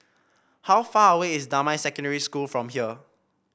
how far away is Damai Secondary School from here